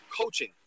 coaching